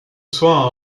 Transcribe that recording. soir